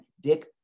Dick